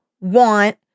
want